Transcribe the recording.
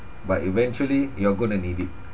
but eventually you're going to need it